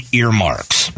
earmarks